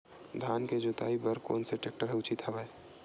धान के जोताई बर कोन से टेक्टर ह उचित हवय?